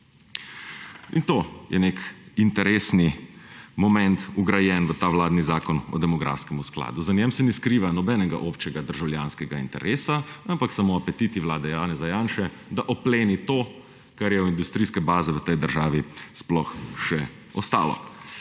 In to je nek interesni moment, vgrajen v ta vladni zakon o demografskem skladu. Za njim se ne skriva noben obči državljanski interes, ampak samo apetiti vlade Janeza Janše, da opleni to, kar je od industrijske baze v tej državi sploh še ostalo.